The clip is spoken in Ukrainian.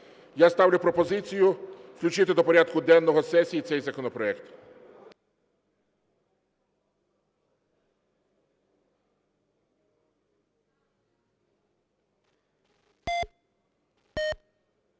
Я ставлю пропозицію включити до порядку денного сесії цей законопроект.